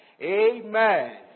Amen